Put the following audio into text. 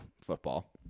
football